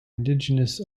indigenous